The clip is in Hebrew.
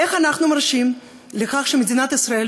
איך אנחנו מרשים שמדינת ישראל,